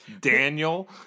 Daniel